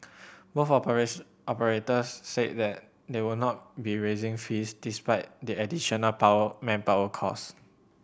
both operates operators said that they would not be raising fees despite the additional power manpower cost